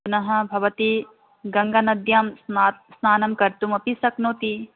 पुनः भवती गङ्गानद्यां स्ना स्नानं कर्तुमपि शक्नोति